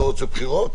אתה לא רוצה בחירות?